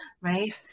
right